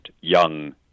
young